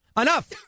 Enough